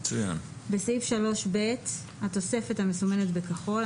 בסעיף 3(ב) התוספת המסומנת בכחול.